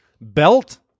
belt